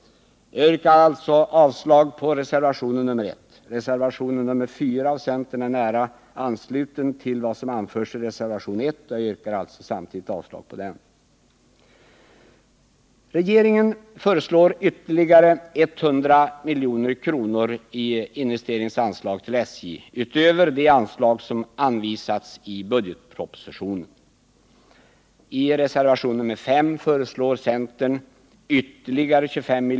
Jag yrkar alltså avslag på reservationen 1. Reservationen 4 är nära ansluten till vad som anförs i reservationen 1, och jag yrkar samtidigt avslag också på denna reservation.